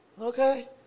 okay